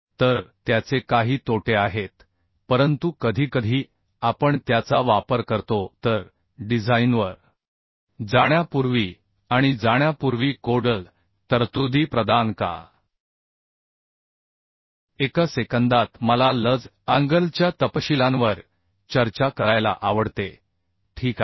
तर त्याचे काही तोटे आहेत परंतु कधीकधी आपण त्याचा वापर करतो तर डिझाइनवर जाण्यापूर्वी आणि जाण्यापूर्वी कोडल तरतुदी प्रदान करा एका सेकंदात मला लज अँगलच्या तपशीलांवर चर्चा करायला आवडते ठीक आहे